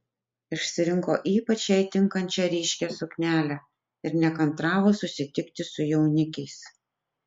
išsirinko ypač jai tinkančią ryškią suknelę ir nekantravo susitikti su jaunikiais